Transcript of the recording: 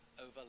over